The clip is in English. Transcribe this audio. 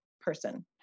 person